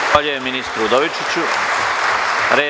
Zahvaljujem ministru Udovičiću.